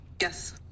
Yes